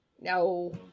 No